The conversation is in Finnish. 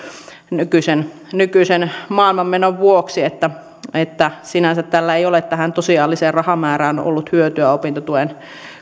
nykyisen nykyisen maailmanmenon vuoksi että että sinänsä tästä ei ole tähän tosiasialliseen rahamäärään ollut hyötyä opintotuen